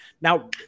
Now